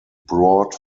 brought